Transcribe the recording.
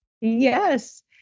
Yes